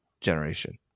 generation